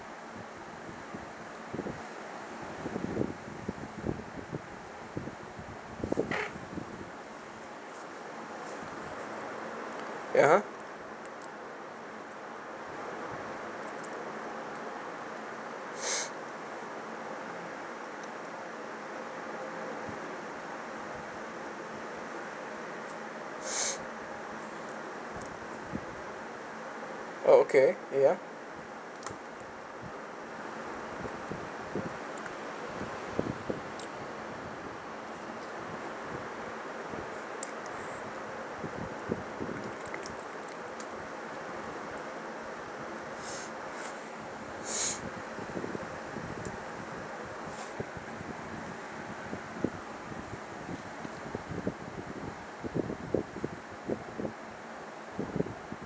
ya oh okay ya